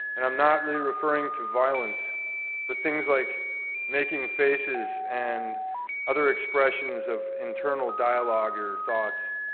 and i'm not really referring to violence but things like making faces and other expressions of internal dialogue or thoughts.